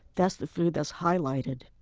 that's the food that's highlighted.